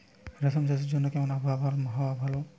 রেশম চাষের জন্য কেমন আবহাওয়া হাওয়া হলে ভালো?